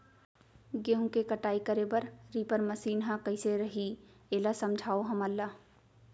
गेहूँ के कटाई करे बर रीपर मशीन ह कइसे रही, एला समझाओ हमन ल?